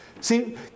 See